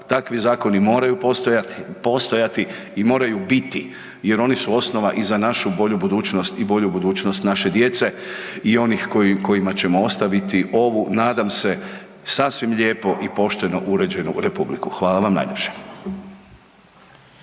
takvi zakoni moraju postojati i moraju biti jer oni su osnova i za našu bolju budućnost i bolju budućnost naše djece i onih kojima ćemo ostaviti ovu nadam se sasvim lijepo i pošteno uređenu republiku, hvala vam najljepša.